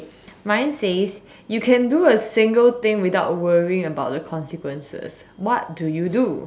mine says you can do a single thing without worrying about the consequences what do you do